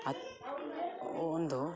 ಒಂದು